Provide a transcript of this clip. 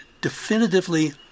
definitively